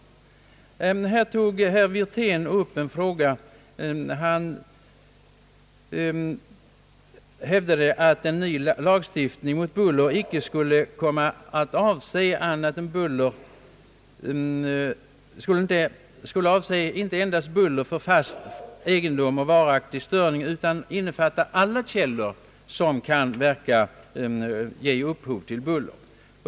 Herr Wirtén hävdade att en ny lagstiftning mot buller bör avse inte endast buller från fast egendom och varaktig störning utan innefatta alla källor som kan ge upphov till buller.